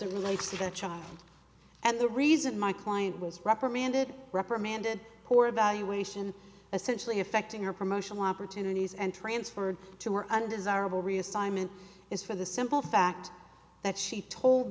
it relates to the child and the reason my client was reprimanded reprimanded poor evaluation essentially affecting her promotional opportunities and transferred to her undesirable reassignment is for the simple fact that she told